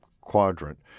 quadrant